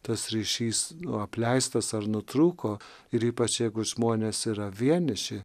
tas ryšys apleistas ar nutrūko ir ypač jeigu žmonės yra vieniši